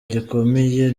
gikomeye